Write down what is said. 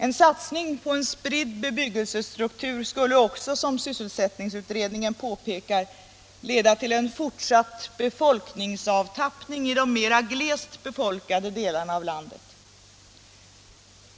En satsning på en spridd bebyggelsestruktur skulle också, som sysselsättningsutredningen påpekar, leda till en fortsatt befolkningsavtappning från de mera glest befolkade delarna av landet.